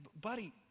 buddy